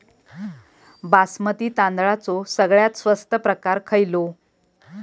बासमती तांदळाचो सगळ्यात स्वस्त प्रकार खयलो?